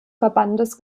verbandes